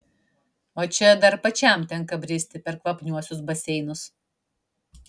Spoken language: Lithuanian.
o čia dar pačiam tenka bristi per kvapniuosius baseinus